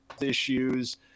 issues